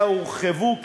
אך הורחבו,